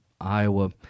Iowa